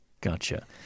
Gotcha